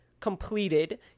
completed